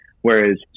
whereas